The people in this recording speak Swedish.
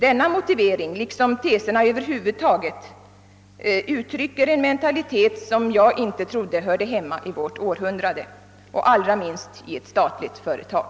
Denna motivering liksom teserna över huvud taget uttrycker en mentalitet som jag inte trodde hörde hemma i vårt århundrade, allra minst i ett statligt företag.